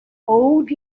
old